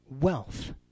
wealth